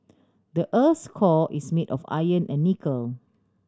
the earth's core is made of iron and nickel